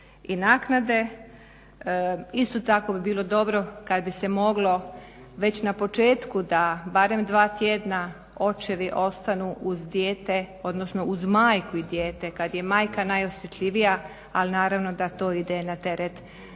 i naknade. Isto tako bi bilo dobro kada bi se moglo već na početku da barem dva tjedna očevi ostanu uz dijete odnosno uz majku i dijete kada je majka najosjetljivija, ali naravno da to ide na teret